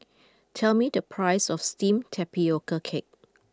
tell me the price of Steamed Tapioca Cake